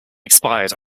expired